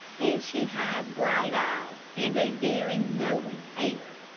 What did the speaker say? and she had bright eyes, and a very knowing air.